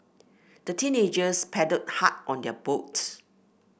the teenagers paddled hard on their boat